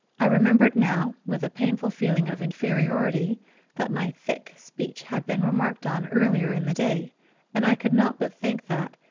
i remembered now with a painful feeling of inferiority that my thick speech had been remarked on earlier in the day and i could not but think that,